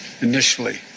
initially